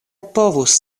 povus